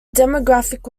demographic